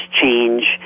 change